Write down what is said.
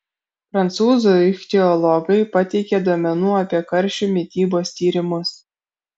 prancūzų ichtiologai pateikė duomenų apie karšių mitybos tyrimus